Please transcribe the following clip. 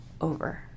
over